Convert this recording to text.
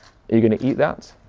are you gonna eat that?